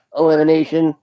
elimination